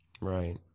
Right